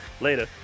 later